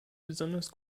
besonders